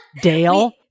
dale